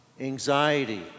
anxiety